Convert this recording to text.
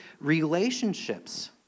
relationships